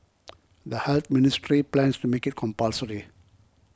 the Health Ministry plans to make it compulsory